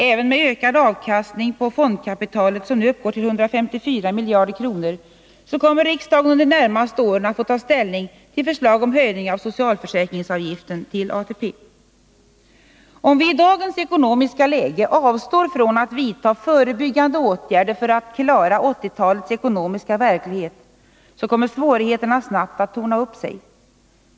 Även med en ökad avkastning på fondkapitalet, som nu uppgår till 154 miljarder kronor, kommer riksdagen under de närmaste åren att få ta ställning till förslag om höjning av socialförsäkringsavgiften till ATP. Om vi i dagens ekonomiska läge avstår från att vidta förebyggande åtgärder för att klara 1980-talets ekonomiska verklighet, kommer svårigheterna snabbt att torna upp sig.